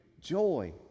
Joy